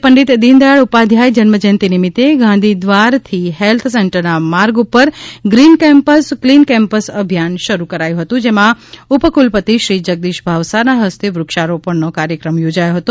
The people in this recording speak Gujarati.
આજે પંડિત દીનદયાલ ઉપાધ્યાય જન્મ જયંતી નિમિતે ગાંધી દ્વાર થી હેલ્થ સેન્ટરના માર્ગ ઉપર ગ્રીન કેમ્પસ ક્લીન કેમ્પસ અભિયાન શરૂ કરાયું હતું જેમાં ઉપકુલપતિ શ્રી જગદીશ ભાવસરના હસ્તે વૃક્ષા રોપણનો કાર્યક્રમ યોજાયો હતો